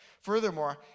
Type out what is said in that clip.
Furthermore